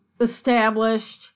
established